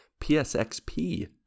PSXP